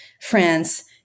France